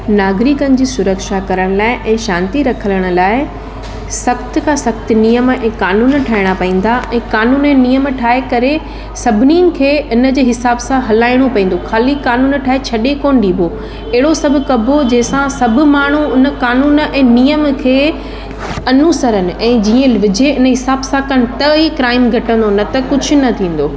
नागरिकनि जी सुरक्षा करण लाइ ऐं शांती रखण लाइ सख़्त खां सख़्तु नियम ऐं कानून ठाहिणा पवंदा ऐं कानून ऐं नियम ठाहे करे सभिनीनि खे इन जे हिसाबु सां हलाइणो पवंदो खाली कानून ठाहे छॾे कोन ॾीबो अहिड़ो सभु कइबो जंहिं सां सभु माण्हू उन कानून ऐं नियम खे अनुसरन ऐं जीअं विझे उन हिसाब सां कनि था ई क्राइम घटिजंदो न त कुझु न थींदो